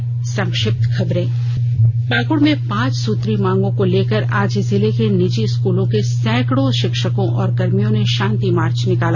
अब संक्षिप्त खबरें पाकृड में पांच सूत्री मांगों को लेकर आज जिले के निजी स्कूलों के सैकड़ो शिक्षकों और कर्मियों ने शांति मार्च निकाला